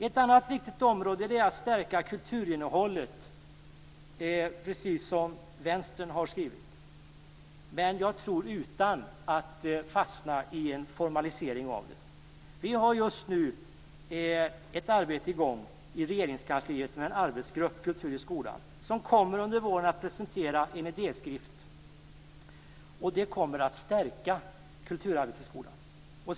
Ett annat viktigt område är att stärka kulturinnehållet, precis som Vänstern har skrivit, dock utan att fastna i en formalisering av det. Just nu arbetar i Regeringskansliet en arbetsgrupp, Kultur i skolan, som under våren kommer att presentera en idéskrift. Det kommer att stärka kulturarbetet i skolan.